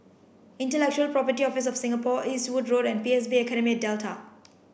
Intellectual Property Office of Singapore Eastwood Road and P S B Academy at Delta